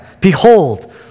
Behold